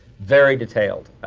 very detailed.